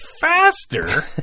faster